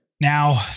now